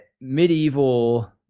medieval